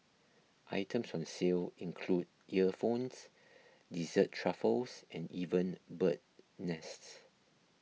items on sale include earphones dessert truffles and even bird's nest